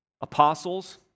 apostles